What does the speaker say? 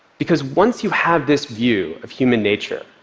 because once you have this view of human nature,